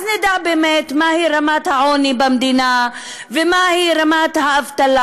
אז נדע באמת מהי רמת העוני במדינה ומהי רמת האבטלה,